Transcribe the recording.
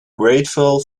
grateful